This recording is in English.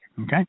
okay